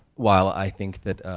while i think that,